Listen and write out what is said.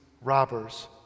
robbers